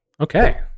Okay